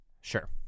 Sure